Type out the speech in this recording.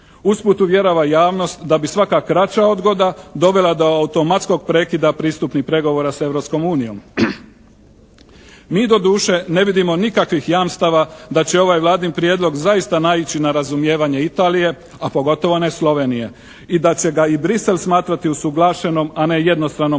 Usput uvjerava javnost da bi svaka kraća odgoda dovela do automatskog prekida pristupnih pregovora sa Europskom unijom. Mi doduše ne vidimo nikakvih jamstava da će ovaj Vladin prijedlog zaista naići na razumijevanje Italije a pogotovo ne Slovenije a da će ga i Bruxelles smatrati usuglašenom a ne jednostavnom